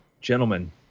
Gentlemen